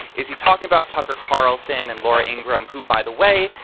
is he talking about tucker carlson and laura ingram, who, by the way,